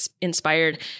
inspired